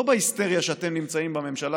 לא בהיסטריה שבה אתם נמצאים בממשלה,